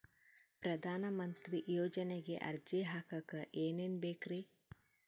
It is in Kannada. ಪ್ರಧಾನಮಂತ್ರಿ ಯೋಜನೆಗೆ ಅರ್ಜಿ ಹಾಕಕ್ ಏನೇನ್ ಬೇಕ್ರಿ?